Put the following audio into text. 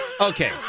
Okay